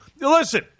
listen